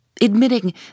admitting